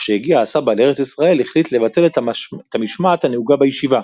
וכשהגיע הסבא לארץ ישראל החליט לבטל את המשמעת הנהוגה בישיבה,